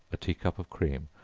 a tea cup of cream,